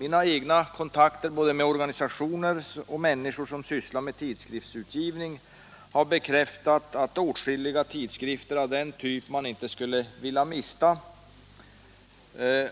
Mina egna kontakter med organisationer och människor som sysslar med tidskriftsutgivning har bekräftat att åtskilliga tidskrifter av den typ man inte skulle vilja mista